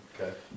Okay